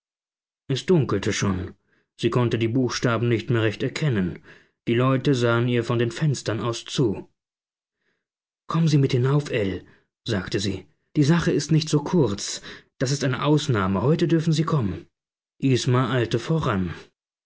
es dunkelte schon sie konnte die buchstaben nicht mehr recht erkennen die leute sahen ihr von den fenstern aus zu kommen sie mit hinauf ell sagte sie die sache ist nicht so kurz das ist eine ausnahme heute dürfen sie kommen isma eilte voran